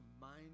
mind